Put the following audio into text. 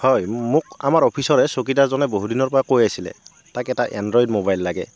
হয় মোক আমাৰ অফিচৰে চকীদাৰ জনে বহুত দিনৰ পৰা কৈ আছিলে তাক এটা এন্ড্ৰইড মোবাইল লাগে